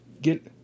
get